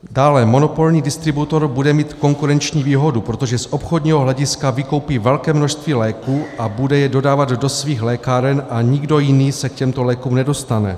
Dále monopolní distributor bude mít konkurenční výhodu, protože z obchodního hlediska vykoupí velké množství léků a bude je dodávat do svých lékáren a nikdo jiný se k těmto lékům nedostane.